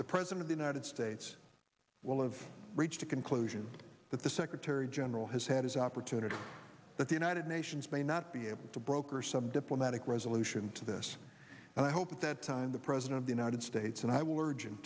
the president of the united states will of reached a conclusion that the secretary general has had his opportunity that the united nations may not be able to broker some diplomatic resolution to this and i hope that time the president of the united states and i w